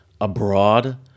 abroad